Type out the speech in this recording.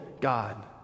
God